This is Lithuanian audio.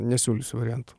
nesiūlysiu variantų